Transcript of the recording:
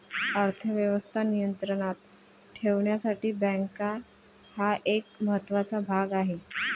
अर्थ व्यवस्था नियंत्रणात ठेवण्यासाठी बँका हा एक महत्त्वाचा भाग आहे